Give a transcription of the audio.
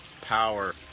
power